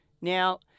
Now